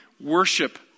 worship